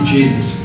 Jesus